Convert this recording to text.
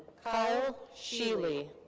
kyle sheely.